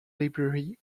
library